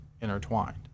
intertwined